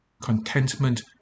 contentment